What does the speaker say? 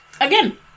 Again